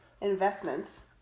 investments